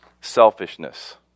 selfishness